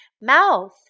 mouth